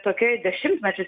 tokia dešimtmečius